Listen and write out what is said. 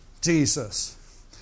Jesus